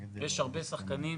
יש הרבה שחקנים,